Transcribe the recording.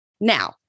Now